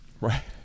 Right